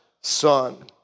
son